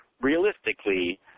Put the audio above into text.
realistically